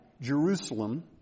Jerusalem